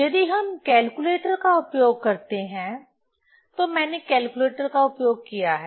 यदि हम कैलकुलेटर का उपयोग करते हैं तो मैंने कैलकुलेटर का उपयोग किया है